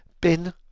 Bin